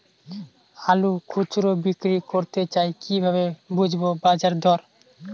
আলু খুচরো বিক্রি করতে চাই কিভাবে বুঝবো বাজার দর?